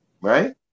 right